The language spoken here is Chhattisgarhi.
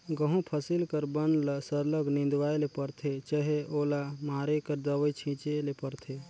गहूँ फसिल कर बन ल सरलग निंदवाए ले परथे चहे ओला मारे कर दवई छींचे ले परथे